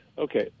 Okay